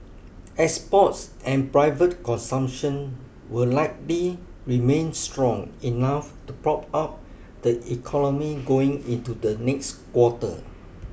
exports and private consumption will likely remain strong enough to prop up the economy going into the next quarter